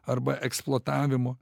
arba eksploatavimo